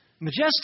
majestic